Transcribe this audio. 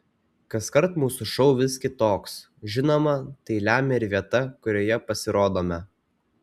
kaskart mūsų šou vis kitoks žinoma tai lemia ir vieta kurioje pasirodome